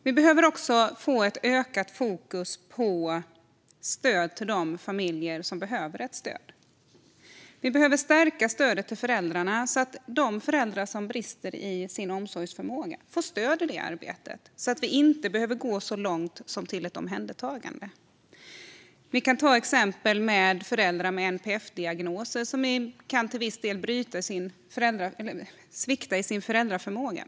Vi behöver också få ett ökat fokus på stöd till familjer som behöver det. Vi behöver stärka stödet till föräldrarna, så att de som brister i sin omsorgsförmåga får stöd för att det inte ska behöva gå så långt som till ett omhändertagande. Vi kan ta föräldrar med NPF-diagnoser som exempel. De kan till viss del svikta i sin föräldraförmåga.